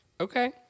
Okay